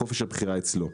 חופש הבחירה אצלו.